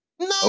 No